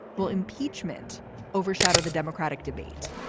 will impeachment overshadow the democratic debate.